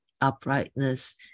uprightness